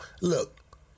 look